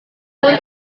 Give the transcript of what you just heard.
pun